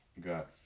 Got